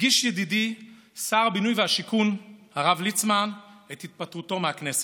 הגיש ידידי שר הבינוי והשיכון הרב ליצמן את התפטרותו מהכנסת.